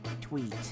tweet